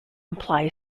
imply